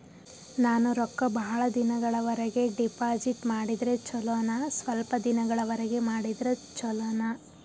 ನಾನು ರೊಕ್ಕ ಬಹಳ ದಿನಗಳವರೆಗೆ ಡಿಪಾಜಿಟ್ ಮಾಡಿದ್ರ ಚೊಲೋನ ಸ್ವಲ್ಪ ದಿನಗಳವರೆಗೆ ಮಾಡಿದ್ರಾ ಚೊಲೋನ?